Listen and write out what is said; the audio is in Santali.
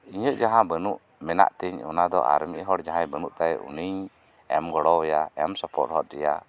ᱤᱧᱟᱜ ᱡᱟᱦᱟ ᱵᱟᱹᱱᱩᱜ ᱢᱮᱱᱟᱜ ᱛᱤᱧ ᱚᱱᱟ ᱫᱚ ᱟᱨ ᱢᱤᱫ ᱦᱚᱲ ᱡᱟᱦᱟᱭ ᱵᱟᱹᱱᱩᱜ ᱛᱟᱭ ᱩᱱᱤ ᱮᱢ ᱜᱚᱲᱚ ᱟᱭᱟ ᱮᱢ ᱥᱚᱯᱚᱦᱚᱫ ᱟᱭᱟ